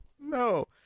no